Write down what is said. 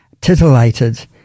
titillated